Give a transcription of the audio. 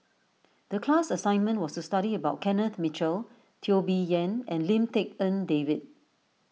the class assignment was to study about Kenneth Mitchell Teo Bee Yen and Lim Tik En David